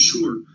Sure